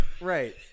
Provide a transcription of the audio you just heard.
Right